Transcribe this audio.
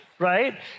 right